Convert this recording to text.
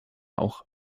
auch